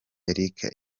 erike